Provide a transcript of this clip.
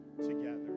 together